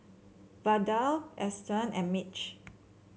Vada Eston and Mitch